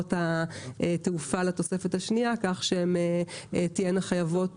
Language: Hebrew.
חברות התעופה לתוספת השנייה כך שהן תהיינה חייבות